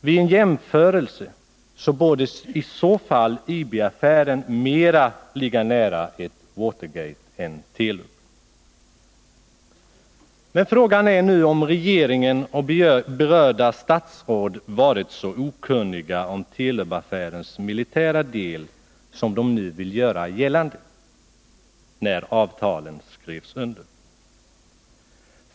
Vid en jämförelse borde i så fall IB-affären mer än Telubaffären likna Watergate. Frågan är om regeringen och berörda statsråd när avtalen skrevs under var så okunniga om Telubaffärens militära del som de nu vill göra gällande.